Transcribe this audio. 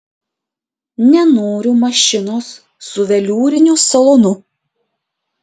nenoriu mašinos su veliūriniu salonu